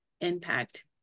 impact